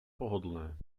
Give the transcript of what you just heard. pohodlné